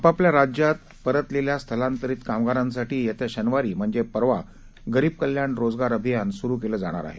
आपापल्या राज्यात परतलेल्या स्थलांतरित कामगारांसाठी येत्या शनिवारी म्हणजे परवा गरीब कल्याण रोजगार अभियान सुरु केलं जाणार आहे